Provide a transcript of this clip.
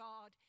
God